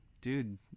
dude